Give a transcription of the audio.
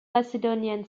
macedonian